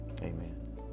amen